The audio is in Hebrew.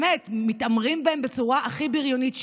באמת, מתעמרים בהם בצורה הכי בריונית שיש.